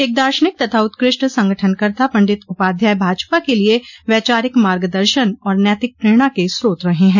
एक दार्शनिक तथा उत्कृष्ट संगठनकर्ता पंडित उपाध्याय भाजपा के लिए वैचारिक मार्गदर्शन और नैतिक प्रेरणा के स्रोत रहे हैं